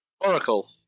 Oracle